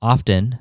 Often